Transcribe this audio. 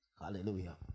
hallelujah